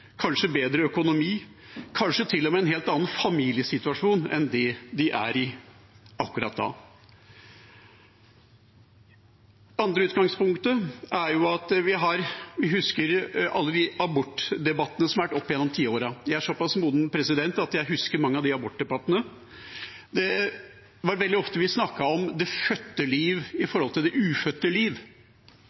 kanskje bedre økonomi, kanskje til og med en helt annen familiesituasjon enn den de er i akkurat da. Det andre utgangspunktet er alle abortdebattene som har vært opp gjennom tiårene; jeg er så pass moden at jeg husker mange av disse debattene. Veldig ofte snakket vi om det fødte liv i forhold til det ufødte liv.